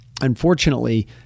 Unfortunately